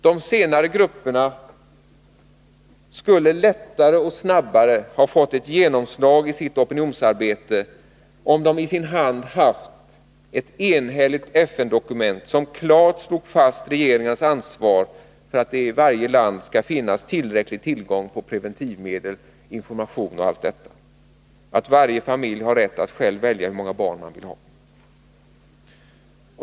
De senare grupperna skulle lättare och snabbare ha fått ett genomslag i sitt opinionsarbete om de i sin hand haft ett enhälligt FN-dokument, som klart slog fast regeringarnas ansvar för att det i varje land skall finnas tillräcklig tillgång på preventivmedel, information och allt detta, dvs. att varje familj har rätt att själv välja hur många barn man vill ha.